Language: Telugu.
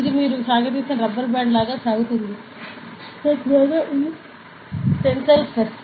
ఇది మీరు సాగదీసిన రబ్బరు బ్యాండ్ లాగా సాగుతుంది తద్వారా ఇది టెన్సిల్ స్ట్రెస్